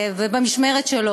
ובמשמרת שלו,